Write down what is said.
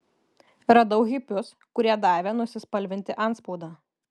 radau hipius kurie davė nusispalvinti antspaudą